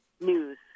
news